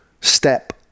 step